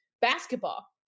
basketball